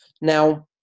Now